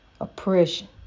oppression